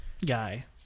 Guy